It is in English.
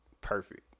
perfect